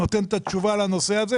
אני מקווה שהוא נותן את התשובה לנושא הזה.